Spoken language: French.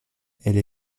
elle